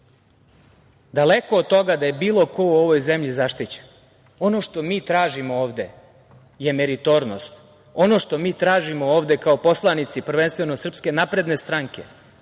Daleko od toga da je bilo ko u ovoj zemlji zaštićen. Ono što mi tražimo ovde je meritornost. Ono što mi tražimo ovde kao poslanici prvenstveno SNS, je efikasnost